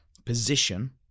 position